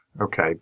Okay